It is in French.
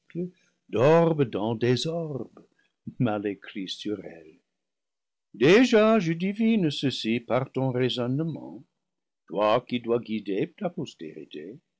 d'orbes dans des orbes mal écrits sur elle déjà je devine ceci par ton raisonnement toi qui dois guider ta postérité